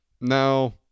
No